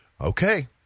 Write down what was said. Okay